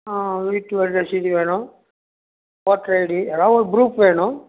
வீட்டு வரி ரசீது வேணும் ஓட்டர் ஐடி எதாவது ஒரு ப்ரூஃப் வேணும்